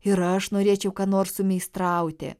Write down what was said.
ir aš norėčiau ką nors sumeistrauti